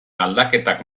aldaketak